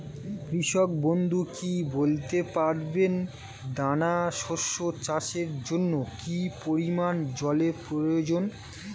কৃষক বন্ধু কি বলতে পারবেন দানা শস্য চাষের জন্য কি পরিমান জলের প্রয়োজন?